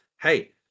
Hey